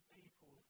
people